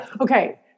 okay